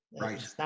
Right